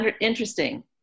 interesting